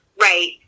Right